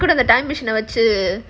ya time machine ah வச்சி:vachi